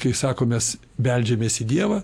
kai sako mes beldžiamės į dievą